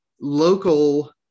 local